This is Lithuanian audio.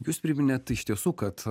jūs priminėt iš tiesų kad